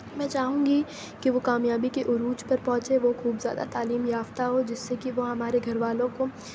میں چاہوں گی کہ وہ کامیابی کے عروج پر پہنچے وہ خوب زیادہ تعلیم یافتہ ہو جس سے کہ وہ ہمارے گھر والوں کو